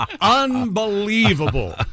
Unbelievable